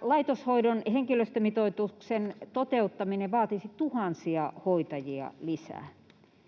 laitoshoidon henkilöstömitoituksen toteuttaminen vaatisi tuhansia hoitajia lisää,